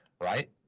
right